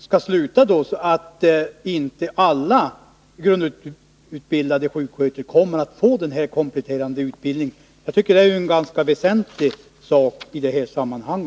Skall den upphöra då, så att inte alla grundutbildade sjuksköterskor kommer att få denna kompletterande utbildning? Jag tycker att det är en ganska väsentlig sak i detta sammanhang.